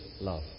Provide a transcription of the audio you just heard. love